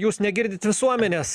jūs negirdit visuomenės